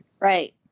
right